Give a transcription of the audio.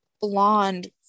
blonde